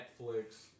Netflix